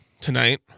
tonight